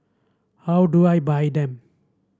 how do I buy them